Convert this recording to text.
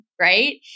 right